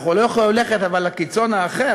אנחנו לא יכולים אבל ללכת לקיצון האחר,